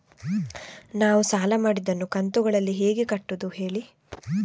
ನಾವು ಸಾಲ ಮಾಡಿದನ್ನು ಕಂತುಗಳಲ್ಲಿ ಹೇಗೆ ಕಟ್ಟುದು ಹೇಳಿ